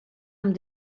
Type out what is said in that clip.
amb